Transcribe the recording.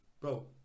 Bro